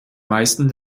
meisten